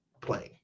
playing